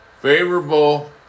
favorable